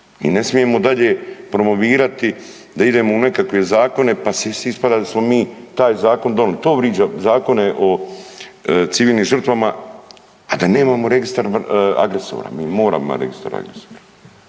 i ne smijemo dalje promovirati da idemo u nekakve zakona pa ispada da smo mi taj zakon donili, to vriđa, zakone o civilnim žrtvama, a da nemamo registar agresora, mi moramo imati registar agresora.